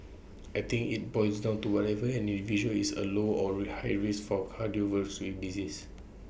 I think IT boils down to whether an individual is at low or ray high risk for cardiovascular in disease